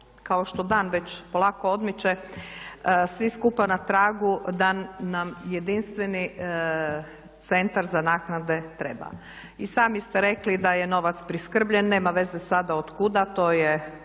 kao što dan već polako odmiče svi skupa na tragu da nam jedinstveni Centar za naknade treba. I sami ste rekli da je novac priskrbljen. Nema veze sada od kuda, to je